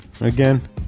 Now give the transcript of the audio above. again